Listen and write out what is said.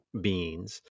beings